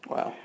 Wow